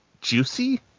juicy